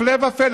הפלא ופלא.